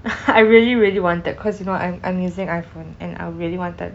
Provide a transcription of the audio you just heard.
I really really wanted cause you know I'm I'm using iphone and I really wanted